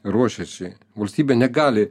ruošiasi valstybė negali